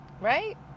Right